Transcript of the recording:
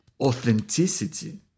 authenticity